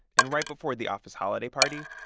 and right before the office holiday party,